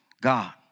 God